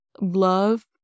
love